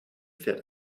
fährt